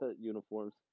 uniforms